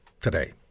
today